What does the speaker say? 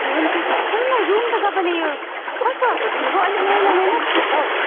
हुन्छ सुन्नु रुम त तपाईँले यो कस्तो खालको दिनुभयो अलिक मैला मैला जस्तो छ त हो